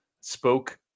spoke